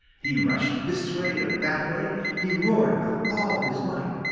he rushed this way and that way! he roared with all his might!